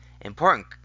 Important